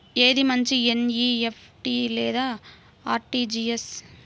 ఏది మంచి ఎన్.ఈ.ఎఫ్.టీ లేదా అర్.టీ.జీ.ఎస్?